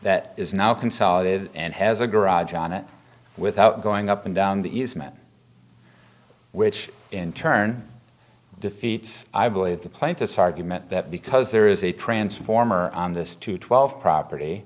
that is now consolidated and has a garage on it without going up and down the east mat which in turn defeats i believe the plaintiff's argument that because there is a transformer on this to twelve property